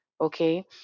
Okay